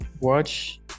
watch